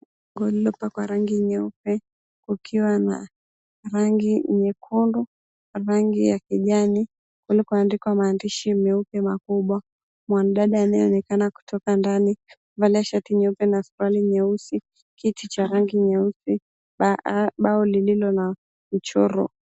Ukuta uliopakwa rangi nyeupe, ukiwa na rangi nyekundu, rangi ya kijani, kulikoandikwa maandishi meupe makubwa, mwanadada anayeonekana kutoka ndani, amevalia shati nyeupe na suruali nyeusi, kiti cha rangi nyeupe, bao lililo na mchoro.